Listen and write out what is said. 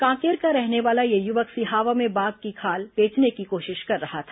कांकेर का रहने वाला यह युवक सिहावा में बाघ की खाल बेचने की कोशिश कर रहा था